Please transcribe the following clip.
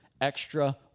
extra